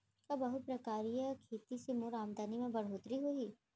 का बहुप्रकारिय खेती से मोर आमदनी म बढ़होत्तरी होही?